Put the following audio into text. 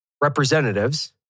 representatives